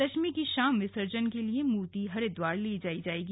दशमी की शाम विसर्जन के लिए मूर्ति हरिद्वार ले जायी जाएगी